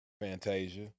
Fantasia